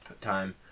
time